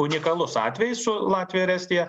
unikalus atvejis su latvija ir estija